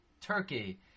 Turkey